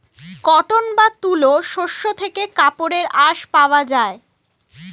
cotton বা তুলো শস্য থেকে কাপড়ের আঁশ পাওয়া যায়